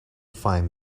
find